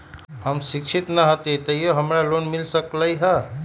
हम शिक्षित न हाति तयो हमरा लोन मिल सकलई ह?